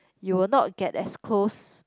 you will not get as close